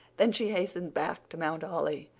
then she hastened back to mount holly,